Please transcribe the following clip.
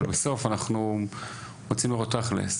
אבל בסוף אנחנו רוצים לראות תכלס.